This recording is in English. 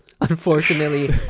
Unfortunately